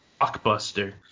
blockbuster